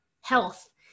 health